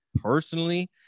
personally